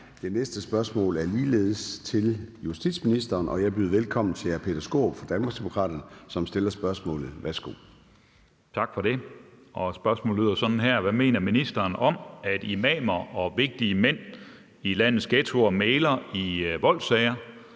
Det næste spørgsmål er ligeledes til justitsministeren, og jeg byder velkommen til hr. Peter Skaarup fra Danmarksdemokraterne, som stiller spørgsmålet. Kl. 14:32 Spm. nr. S 122 11) Til justitsministeren af: Peter Skaarup (DD): Hvad mener ministeren om, at imamer og vigtige mænd i landets ghettoer mægler i voldssager